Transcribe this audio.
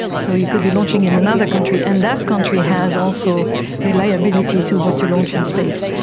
so you could be launching in another country and that country has also the liability to what you launch in space.